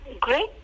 great